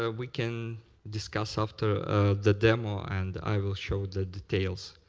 ah we can discuss after the demo and i will show the details,